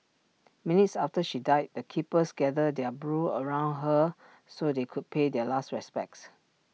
minutes after she died the keepers gathered their brood around her so they could pay their last respects